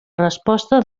resposta